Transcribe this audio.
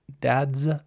dad's